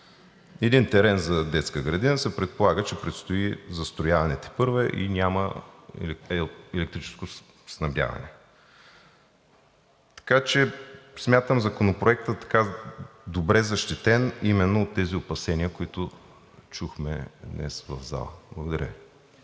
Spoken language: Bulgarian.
Един терен за детска градина се предполага, че предстои тепърва застрояване и няма електрическо снабдяване, така че смятам Законопроекта добре защитен именно от тези опасения, които чухме днес в залата. Благодаря